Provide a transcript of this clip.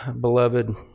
beloved